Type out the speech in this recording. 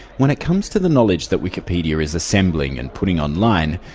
when it comes to the knowledge that wikipedia is assembling and putting online,